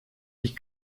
ich